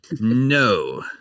No